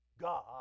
God